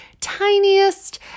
tiniest